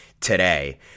today